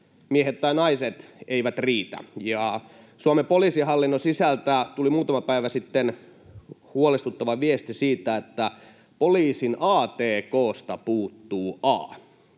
Muunsukupuoliset myös!] Suomen poliisihallinnon sisältä tuli muutama päivä sitten huolestuttava viesti siitä, että poliisin atk:sta puuttuu